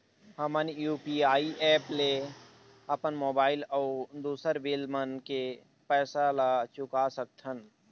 हमन UPI app ले अपन मोबाइल अऊ दूसर बिल मन के पैसा ला चुका सकथन